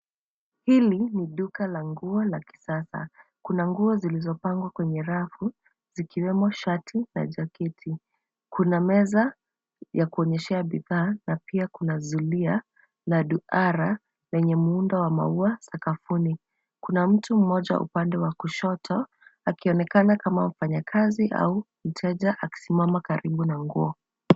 Hili ni duka la nguo la kisasa, kuna nguo zilizoangwa kwenye rafu zikiwemo shati na jaketi. Kuna meza ya kuonyeshea bidhaa na pia kuna zulia ya duara lenye muundo wa maua sakafuni. Kuna mtu mmoja upande wa kushoto akionekana kama mfanyakazi au mteja akisimama karibu na nguo.